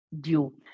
due